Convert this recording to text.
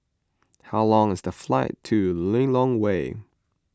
how long is the flight to Lilongwe